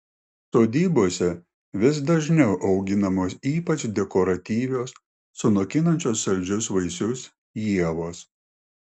sodybose vis dažniau auginamos ypač dekoratyvios sunokinančios saldžius vaisius ievos